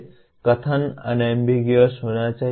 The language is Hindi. कथन अनएम्बिगुओस होना चाहिए